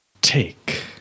take